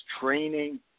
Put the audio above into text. training